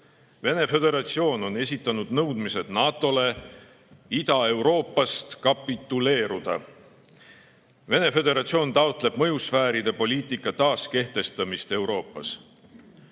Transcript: Venemaa Föderatsioon on esitanud NATO‑le nõudmise Ida-Euroopas kapituleeruda. Venemaa Föderatsioon taotleb mõjusfääride poliitika taaskehtestamist Euroopas.